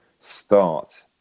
start